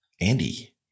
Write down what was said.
Andy